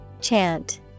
Chant